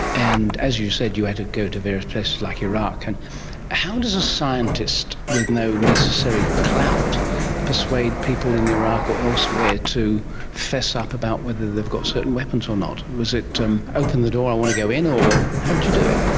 and as you said, you had to go to various places like iraq. and how does a scientist with no necessary clout persuade people in iraq or elsewhere to fess up about whether they've got certain weapons or not? was it um open the door i want to go in? how did you do it?